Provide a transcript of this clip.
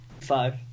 five